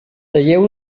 talleu